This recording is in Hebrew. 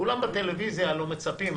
כולם בטלוויזיה הלוא מצפים,